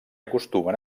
acostumen